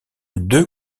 deux